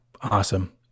awesome